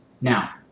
Now